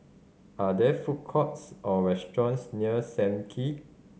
are there food courts or restaurants near Sam Kee